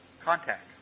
contact